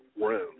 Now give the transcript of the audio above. room